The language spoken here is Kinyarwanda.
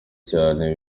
cyane